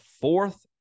fourth